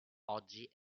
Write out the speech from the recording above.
oggi